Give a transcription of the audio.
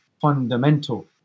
fundamental